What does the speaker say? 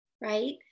right